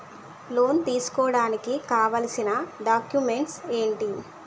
Loan తీసుకోడానికి కావాల్సిన documents ఎంటి?